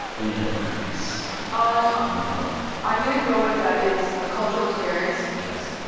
then you had that crease ah um in the forehead i'm going to go with that is a cultural experience. yes.